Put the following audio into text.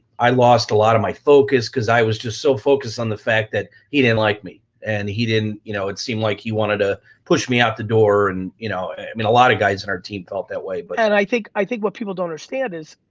i lost a lot of my focus cause i was just so focused on the fact that he didn't like me and you know it seemed like he wanted to push me out the door and you know i mean a lot of guys on our team felt that way but and i think i think what people don't understand is,